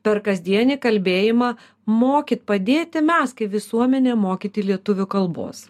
per kasdienį kalbėjimą mokyt padėti mes kaip visuomenė mokyti lietuvių kalbos